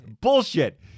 bullshit